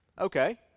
Okay